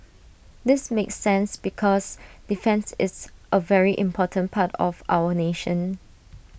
this makes sense because defence is A very important part of our nation